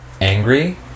angry